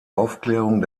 aufklärung